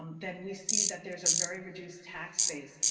um then we see that there's a very reduced tax base.